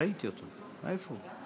ראיתי אותו, איפה הוא?